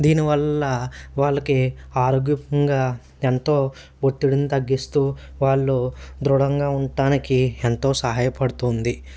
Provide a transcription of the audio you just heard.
దీనివల్ల వాళ్లకి ఆరోగ్యపరంగా ఎంతో ఒత్తిడిని తగ్గిస్తూ వాళ్ళు దృఢంగా ఉండటానికి ఎంతో సహాయపడుతుంది